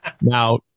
Now